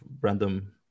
random